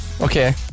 Okay